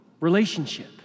relationship